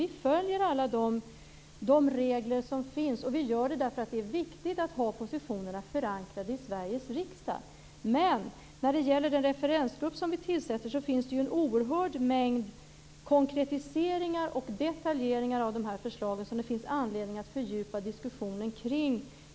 Vi följer alla de regler som finns, och vi gör det därför att det är viktigt att ha positionerna förankrade i Sveriges riksdag. Men när det gäller den referensgrupp som vi tillsätter finns det ju en oerhörd mängd konkretiseringar och detaljeringar av de här förslagen som gruppen har anledning att fördjupa diskussionen kring.